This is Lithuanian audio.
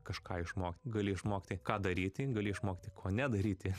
kažką išmokt gali išmokti ką daryti gali išmokti ko nedaryti